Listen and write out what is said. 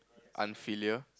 unfilial